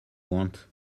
want